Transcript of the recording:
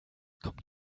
kommt